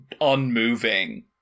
unmoving